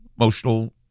emotional